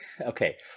Okay